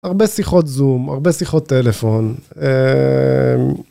הרבה שיחות זום, הרבה שיחות טלפון...